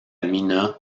mina